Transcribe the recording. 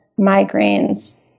migraines